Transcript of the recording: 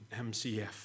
MCF